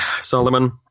Solomon